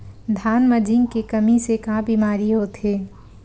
धान म जिंक के कमी से का बीमारी होथे?